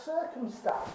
circumstance